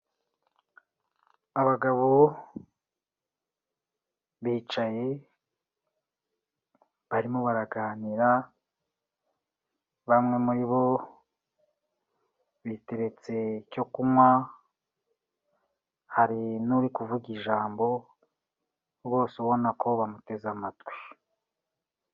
Abagabo bicaye barimo baraganira bamwe muri bo biteretse icyo kunywa hari n'uri kuvuga ijambo bose ubona ko bamuteze amatwi.